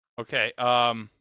Okay